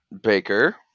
Baker